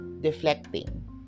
deflecting